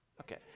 okay